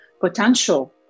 potential